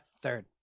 Third